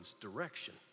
direction